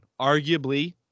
arguably